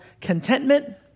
Contentment